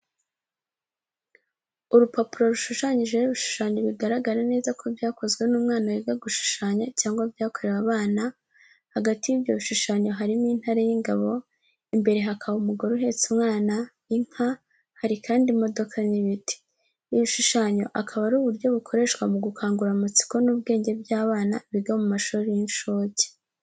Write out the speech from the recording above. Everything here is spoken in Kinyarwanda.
Urupapuro rushushanyijeho ibishushanyo bigaragara neza ko byakozwe n'umwana wiga gushushanya cyangwa byakorewe abana, hagati y'ibyo bishushanyo harimo intare y'ingabo, imbere hakaba umugore uhetse umwana, inka, hari kandi imodoka, n'ibiti. Ibishushanyo akaba ari uburyo bukoreshwa mu gukangura amatsiko n'ubwenge by'abana biga mu mashuri y'incuke.